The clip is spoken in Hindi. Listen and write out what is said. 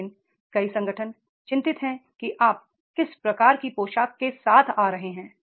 लेकिन कई संगठन चिं तित हैं कि आप किस प्रकार की पोशाक के साथ आ रहे हैं